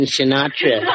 Sinatra